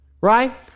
right